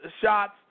shots